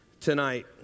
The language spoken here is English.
tonight